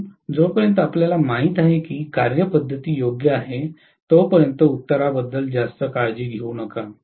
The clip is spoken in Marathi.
म्हणून जोपर्यंत आपल्याला माहित आहे की कार्यपद्धती योग्य आहे तोपर्यंत उत्तराबद्दल जास्त काळजी घेऊ नका